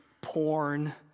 porn